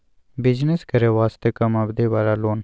Business करे वास्ते कम अवधि वाला लोन?